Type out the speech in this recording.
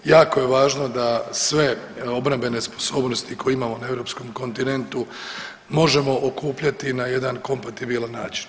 Jako je važno da sve obrambene sposobnosti koje imamo na europskom kontinentu možemo okupljati na jedan kompatibilan način.